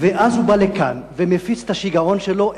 ואז הוא בא לכאן ומפיץ את השיגעון שלו.